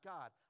God